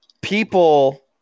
people